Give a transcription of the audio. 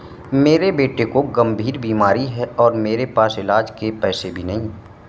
मेरे बेटे को गंभीर बीमारी है और मेरे पास इलाज के पैसे भी नहीं